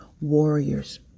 warriors